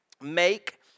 make